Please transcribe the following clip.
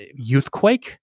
Youthquake